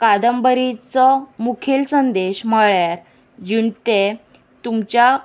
कादंबरीचो मुखेल संदेश म्हळ्यार जिण ते तुमच्या